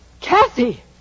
Kathy